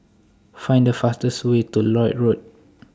Find The fastest Way to Lloyd Road